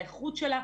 לאיכות שלה,